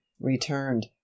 returned